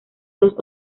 dos